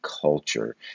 Culture